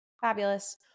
fabulous